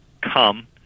come